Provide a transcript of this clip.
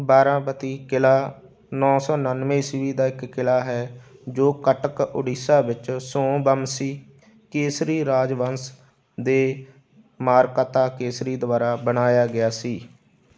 ਬਾਰਾਬਤੀ ਕਿਲ੍ਹਾ ਨੌਂ ਸੌ ਉਣਾਨਵੇਂ ਈਸਵੀ ਦਾ ਇੱਕ ਕਿਲ੍ਹਾ ਹੈ ਜੋ ਕਟਕ ਓਡੀਸ਼ਾ ਵਿੱਚ ਸੋਮਵਮਸ਼ੀ ਕੇਸ਼ਰੀ ਰਾਜਵੰਸ਼ ਦੇ ਮਾਰਕਾਤਾ ਕੇਸ਼ਰੀ ਦੁਆਰਾ ਬਣਾਇਆ ਗਿਆ ਸੀ